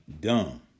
dumb